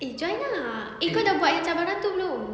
eh join ah eh kau dah buat cabaran tu belum